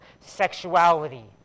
sexuality